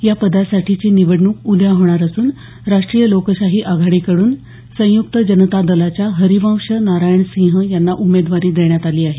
या पदासाठीची निवडणूक उद्या होणार असून राष्ट्रीय लोकशाही आघाडीकडून संयुक्त जनता दलाच्या हरिवंश नारायण सिंह यांना उमेदवारी देण्यात आली आहे